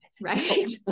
right